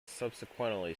subsequently